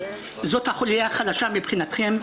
זו החוליה החלשה מבחינתכם,